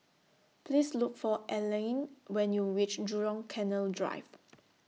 Please Look For Elayne when YOU REACH Jurong Canal Drive